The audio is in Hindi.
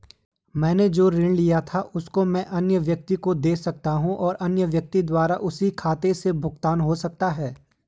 मैंने जो ऋण लिया था उसको मैं अन्य व्यक्ति को दें सकता हूँ और अन्य व्यक्ति द्वारा उसी के खाते से भुगतान हो सकता है?